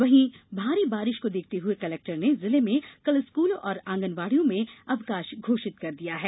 वहीं भारी बारिश को देखते हुए कलेक्टर ने जिले में कल स्कूल और आंगनबाड़ियों में अवकाश घोषित कर दिया है